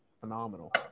phenomenal